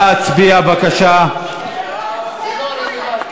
קיבל פנסיה מהבית הזה שלוש שנים.